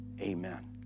Amen